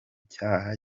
cyaha